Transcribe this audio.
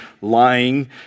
lying